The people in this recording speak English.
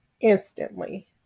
instantly